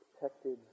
protected